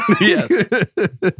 Yes